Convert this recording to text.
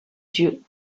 dieux